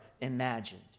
imagined